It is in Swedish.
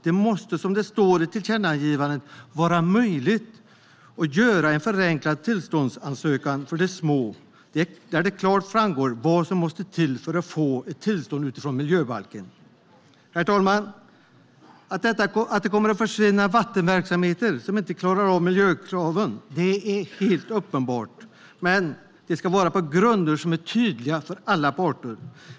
Det måste, som det står i tillkännagivandet, vara möjligt att göra en förenklad tillståndsansökan för de små där det klart framgår vad som måste till för att få ett tillstånd utifrån miljöbalken. Herr talman! Att det kommer att försvinna vattenverksamheter som inte klarar av miljökraven är helt uppenbart. Men det ska vara på grunder som är tydliga för alla parter.